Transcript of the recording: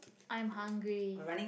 I'm hungry